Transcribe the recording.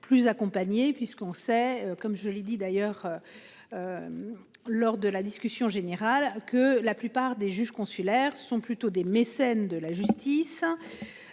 plus accompagné puisqu'on sait, comme je l'ai dit d'ailleurs. Lors de la discussion générale que la plupart des juges consulaires sont plutôt des mécènes de la justice.